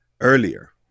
earlier